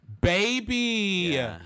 baby